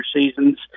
seasons